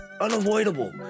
unavoidable